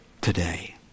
today